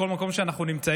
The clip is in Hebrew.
בכל מקום שבו אנחנו נמצאים,